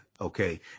Okay